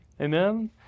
Amen